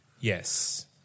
Yes